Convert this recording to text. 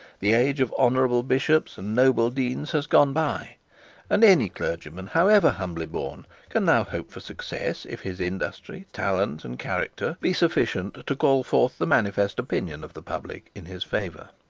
the age of honourable bishops and noble deans has gone by and any clergyman however humbly born can now hope for success, if his industry, talent, and character, be sufficient to call forth the manifest opinion of the public in his favour.